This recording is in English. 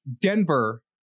denver